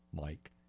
Mike